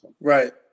Right